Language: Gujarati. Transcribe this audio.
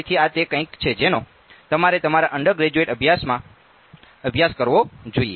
તેથી આ તે કંઈક છે જેનો તમારે તમારા અંડરગ્રેજ્યુએટ અભ્યાસક્રમમાં અભ્યાસ કરવો જોઈએ